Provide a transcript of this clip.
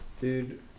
dude